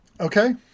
Okay